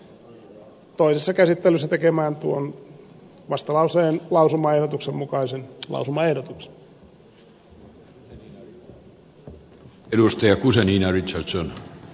eli tulemme toisessa käsittelyssä tekemään tuon vastalauseen lausumaehdotuksen mukaisen lausumaehdotuksen